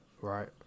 Right